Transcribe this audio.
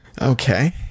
Okay